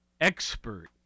expert